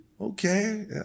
Okay